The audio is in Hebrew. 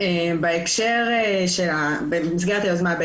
במסגרת היוזמה,